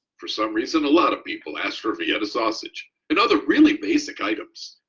for some reason a lot of people asked for vienna sausage and other really basic items.